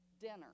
dinner